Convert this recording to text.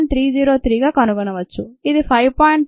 303 గా కనుగొనవచ్చు ఇది 5